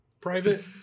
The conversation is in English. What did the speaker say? private